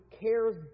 cares